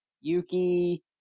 Yuki